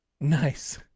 Nice